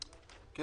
בבקשה.